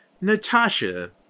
Natasha